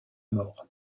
mort